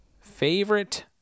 Favorite